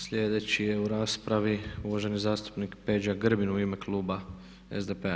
Slijedeći je u raspravi uvaženi zastupnik Peđa Grbin u ime kluba SDP-a.